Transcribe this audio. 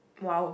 !wow!